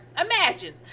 Imagine